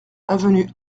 avenue